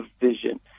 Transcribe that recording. vision